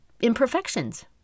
imperfections